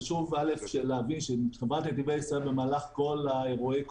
חשוב להבין שחברת נתיבי ישראל במהלך כל אירועי הקורונה,